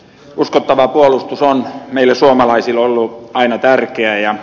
uskottava puolustus on meille suomalaisille ollut aina tärkeä